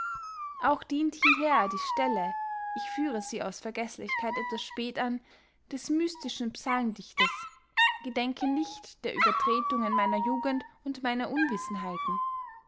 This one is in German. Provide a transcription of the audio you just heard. auch dient hieher die stelle ich führe sie aus vergeßlichkeit etwas spät an des mystischen psalmdichters gedenke nicht der uebertretungen meiner jugend und meiner unwissenheiten